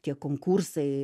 tie konkursai